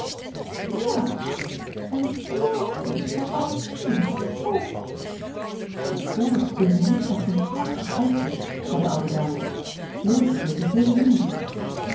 en flortje van adlfine ok ik hoor emilie krijgt een prachtig uitzet zei de oude dame floortje zeker veel minder